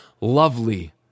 lovely